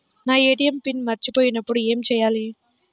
నా ATM pin మర్చిపోయినప్పుడు ఏమి చేయాలి?